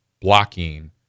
blocking